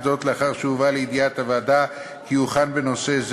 זאת לאחר שהובא לידיעת הוועדה כי הוכן בנושא זה